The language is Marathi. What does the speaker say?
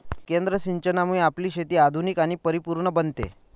केंद्रबिंदू सिंचनामुळे आपली शेती आधुनिक आणि परिपूर्ण बनते